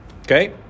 okay